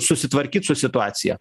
susitvarkyt su situacija